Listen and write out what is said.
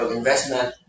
investment